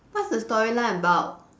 what's the storyline about